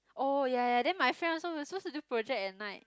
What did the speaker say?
oh ya ya ya then my friend also we're supposed to do project at night